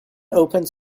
opened